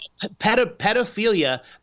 Pedophilia